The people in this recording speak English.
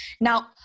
Now